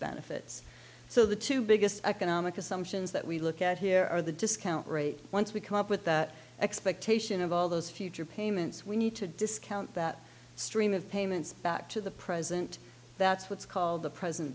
benefits so the two biggest economic assumptions that we look at here are the discount rate once we come up with that expectation of all those future payments we need to discount that stream of payments back to the present that's what's called the present